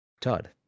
Todd